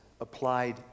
applied